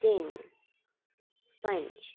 तिन पंज